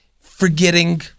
forgetting